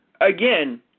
again